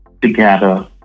together